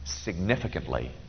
significantly